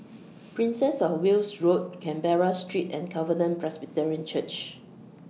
Princess of Wales Road Canberra Street and Covenant Presbyterian Church